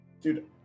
Dude